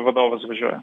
vadovas važiuoja